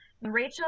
Rachel